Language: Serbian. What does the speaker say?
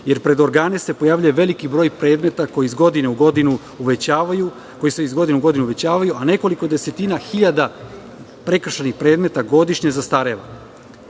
jer pred organe se pojavljuje veliki broj predmeta koji se iz godine u godinu uvećavaju, a nekoliko desetina hiljada prekršajnih predmeta godišnje zastareva.U